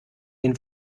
den